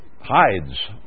hides